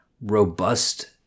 robust